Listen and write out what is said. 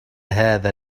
هذا